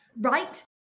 Right